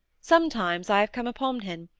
sometimes i have come upon him,